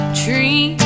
tree